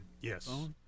yes